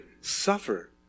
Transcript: suffer